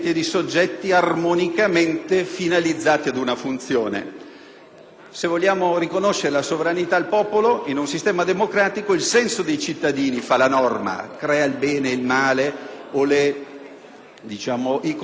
Se vogliamo riconoscere la sovranità al popolo in un sistema democratico il senso dei cittadini fa la norma, crea il bene e il male, i comportamenti da biasimare e quelli da condannare come pericolosi.